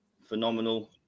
phenomenal